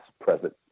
present